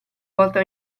volta